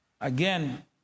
again